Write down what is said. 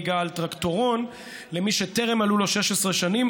נהיגה על טרקטורון למי שטרם מלאו לו 16 שנים,